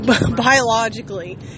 biologically